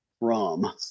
rum